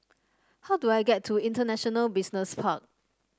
how do I get to International Business Park